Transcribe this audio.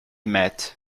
met